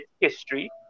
history